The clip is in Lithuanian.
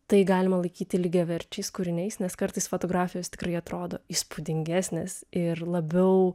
tai galima laikyti lygiaverčiais kūriniais nes kartais fotografijos tikrai atrodo įspūdingesnės ir labiau